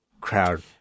crowd